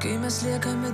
kai mes liekame